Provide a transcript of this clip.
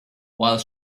while